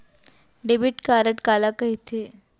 Debit card काला कहिथे?